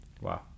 Wow